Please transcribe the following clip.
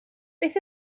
beth